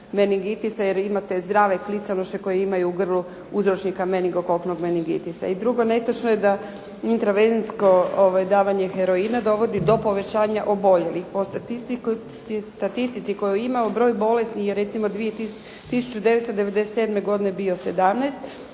meningitisa jer imate zdrave kliconoše koji imaju u grlu uzročnika menigokoknog meningitisa. I drugo, netočno je da intravenozno davanje heroina dovodi do povećanja oboljelih. Po statistici koju imamo, broj bolesnih je recimo 1997. godine bio 17,